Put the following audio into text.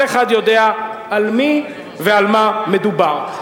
כל אחד יודע על מי ועל מה מדובר.